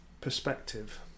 perspective